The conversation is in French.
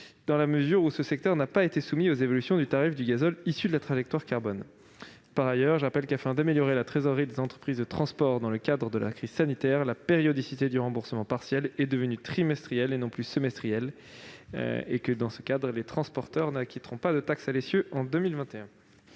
dans la mesure où ce secteur n'a pas été soumis aux évolutions du tarif du gazole issu de la trajectoire carbone. Par ailleurs, afin d'améliorer la trésorerie des entreprises de transport dans le cadre de la crise sanitaire, je rappelle que la périodicité du remboursement partiel est devenue trimestrielle, alors qu'elle était semestrielle. Aussi, les transporteurs n'acquitteront pas de taxe à l'essieu en 2021.